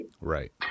Right